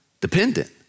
Dependent